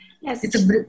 Yes